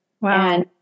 Wow